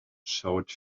showed